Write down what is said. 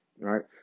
right